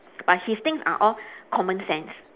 but his things are all common sense